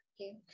Okay